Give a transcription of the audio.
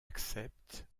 accepte